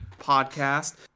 podcast